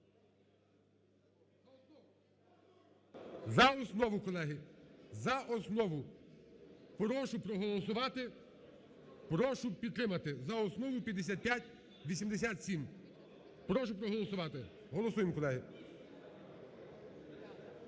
за основу, колеги, за основу. Прошу проголосувати, прошу підтримати за основу 5587. Прошу проголосувати, голосуємо, колеги.